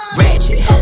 ratchet